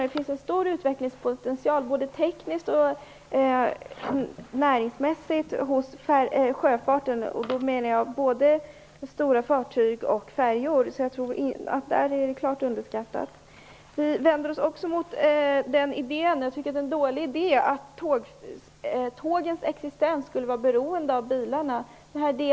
Det finns en stor utvecklingspotential, både tekniskt och näringsmässigt, för sjöfarten. Jag menar både stora fartyg och färjor. Det är klart underskattat, tror jag. Vi vänder oss också mot idén att tågens existens skulle vara beroende av bilarna. Det är en dålig idé.